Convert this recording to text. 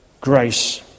grace